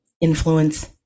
influence